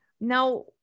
Now